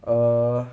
err